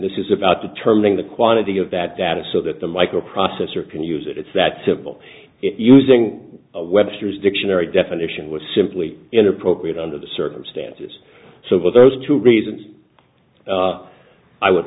this is about determining the quantity of bad data so that the microprocessor can use it it's that simple using webster's dictionary definition was simply inappropriate under the circumstances so what those two reasons i would